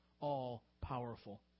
all-powerful